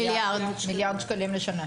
מיליארד שקלים לשנה.